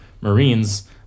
marines